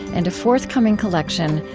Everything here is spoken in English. and a forthcoming collection,